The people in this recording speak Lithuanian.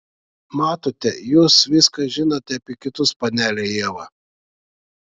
matote jūs viską žinote apie kitus panele ieva